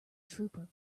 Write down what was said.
trooper